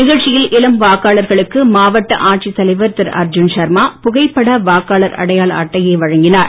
நிகழ்ச்சியில் இனம் வாக்காளர்களுக்கு மாவட்ட ஆட்சி தலைவர் திரு அர்ஜீன் சர்மா புகைப்பட வாக்காளர் அடையாள அட்டையை வழங்கினார்